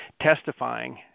testifying